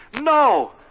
no